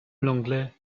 l’anglais